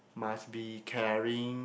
must be caring